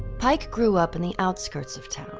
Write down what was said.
pike grew up in the outskirts of town,